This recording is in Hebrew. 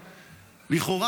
לכאורה,